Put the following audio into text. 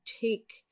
take